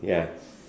ya